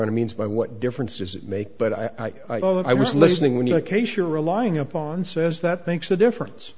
n a means by what difference does it make but i know i was listening when you the case you're relying upon says that makes a difference